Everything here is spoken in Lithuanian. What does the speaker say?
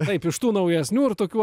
taip iš tų naujesnių ir tokių